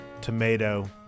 tomato